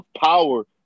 power